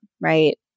right